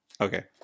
Okay